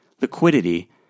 liquidity